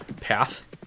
path